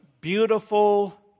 beautiful